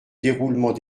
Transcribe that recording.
déroulement